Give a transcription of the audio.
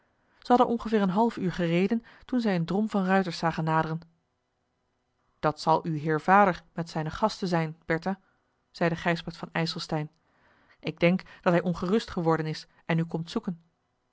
zij hadden ongeveer een half uur gereden toen zij een drom van ruiters zagen naderen dat zal uw heer vader met zijne gasten zijn bertha zeide gijsbrecht van ijselstein ik denk dat hij ongerust geworden is en u komt zoeken